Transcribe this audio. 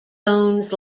bones